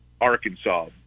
Arkansas